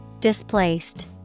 Displaced